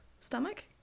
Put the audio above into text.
stomach